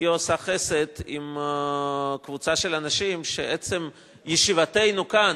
עושות חסד עם קבוצה של אנשים שאת עצם ישיבתנו כאן,